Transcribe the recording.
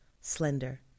slender